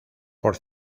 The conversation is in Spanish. por